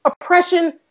oppression